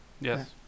Yes